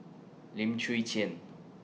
Lim Chwee Chian